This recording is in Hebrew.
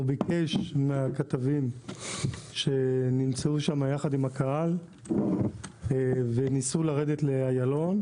הוא ביקש מהכתבים שנמצאו שם יחד עם הקהל וניסו לרדת לאיילון,